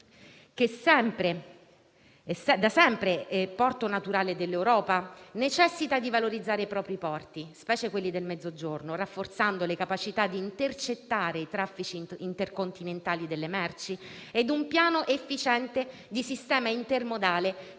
che da sempre è porto naturale dell'Europa, necessita di valorizzare i propri porti, specie quelli del Mezzogiorno, rafforzando le capacità di intercettare i traffici intercontinentali delle merci, e di un piano efficiente di sistema intermodale